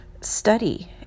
study